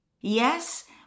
Yes